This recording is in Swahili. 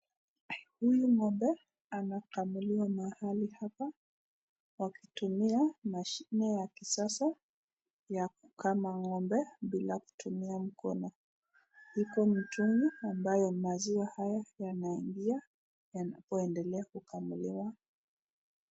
Huyu ng'ombe anakamuliwa na mahali hapa akitumia mashini ya kisasa ya kukama ng'ombe bila kutumia mkono, iko mtungi ambayo haya maziwa yanaingia yanapoendelea kukamuliwa.